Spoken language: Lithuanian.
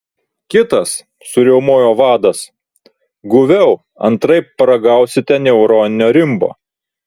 kitas suriaumojo vadas guviau antraip paragausite neuroninio rimbo